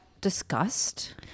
discussed